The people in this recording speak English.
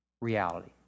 reality